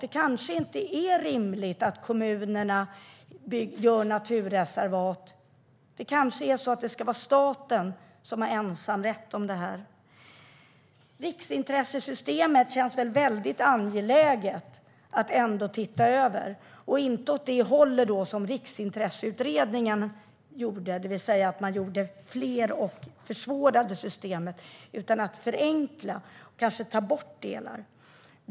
Det kanske inte är rimligt att kommunerna gör naturreservat, utan det kanske är så att det ska vara staten som har ensamrätt på det. Riksintressesystemet känns väl väldigt angeläget att titta över, och inte åt det hållet Riksintresseutredningen gjorde. Den försvårade nämligen systemet, och i stället ska man förenkla och kanske ta bort delar.